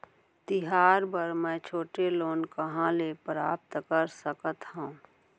तिहार बर मै छोटे लोन कहाँ ले प्राप्त कर सकत हव?